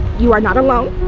you are not alone,